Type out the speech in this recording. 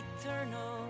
eternal